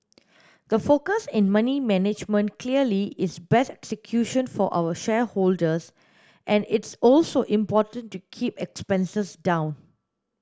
the focus in money management clearly is best execution for our shareholders and it's also important to keep expenses down